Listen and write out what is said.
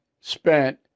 spent